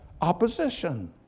opposition